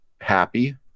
happy